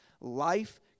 life